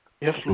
Yes